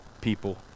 people